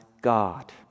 God